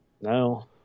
No